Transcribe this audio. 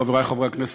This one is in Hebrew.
חברי חברי הכנסת,